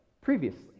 previously